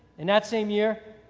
and that same year,